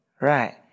Right